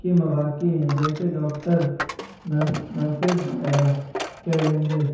کے مواقع ہیں جیسے ڈاکٹر نرس نرسز وغیرہ چیلنجز